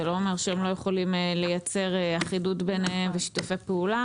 לא אומר שהם לא יכולים לייצר אחידות ביניהם ושיתופי פעולה,